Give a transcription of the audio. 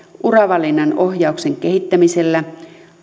uravalinnan ohjauksen kehittämisellä